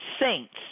saints